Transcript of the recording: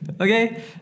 Okay